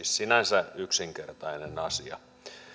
sinänsä yksinkertainen asia